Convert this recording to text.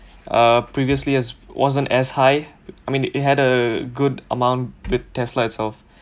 uh previously as wasn't as high I mean it had a good amount with Tesla itself